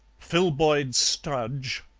filboid studge,